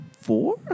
four